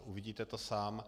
Uvidíte to sám.